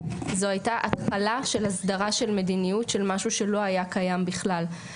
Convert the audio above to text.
זו הייתה התחלה של הסדרה של מדיניות של משהו שלא היה קיים בכלל.